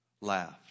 laughed